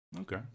Okay